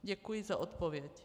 Děkuji za odpověď.